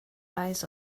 eyes